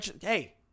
hey